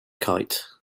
kite